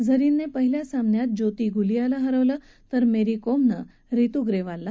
झरीनने पहिल्या सामन्यात ज्योती गुलियाला हरवलं तर मेरी कोमनं रितू ग्रेवालला हरवलं